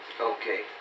Okay